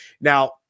Now